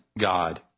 God